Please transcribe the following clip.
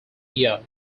year